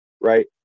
Right